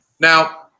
Now